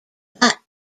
but